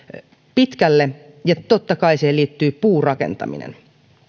pitkälle ja totta kai siihen liittyy puurakentaminen